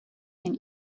and